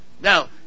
Now